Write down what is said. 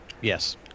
Yes